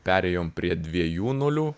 perėjom prie dviejų nulių